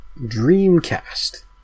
Dreamcast